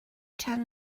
tan